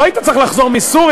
לא היית צריך לחזור מסוריה,